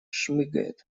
шмыгает